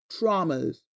traumas